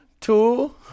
two